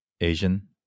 asian